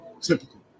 typical